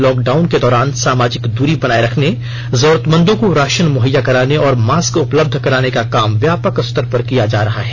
lockdown के दौरान सामाजिक दूरी बनाये रखने जरूरतमंदों को राशन मुहैया कराने और मास्क उपलब्ध कराने का काम व्यापक स्तर पर किया जा रहा है